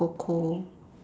cold cold